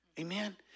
Amen